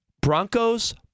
Broncos